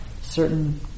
certain